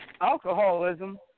alcoholism